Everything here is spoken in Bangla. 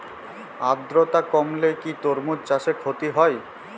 আদ্রর্তা কমলে কি তরমুজ চাষে ক্ষতি হয়?